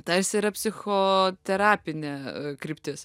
tarsi yra psichoterapinė kryptis